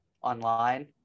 online